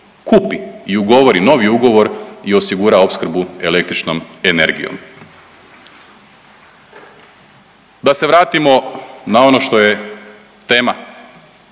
kupi i ugovori novi ugovor i osigura opskrbu električnom energijom. Da se vratimo na ono što je tema